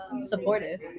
supportive